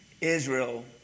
Israel